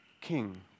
king